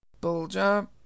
Bulger